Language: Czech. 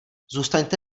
zůstaňte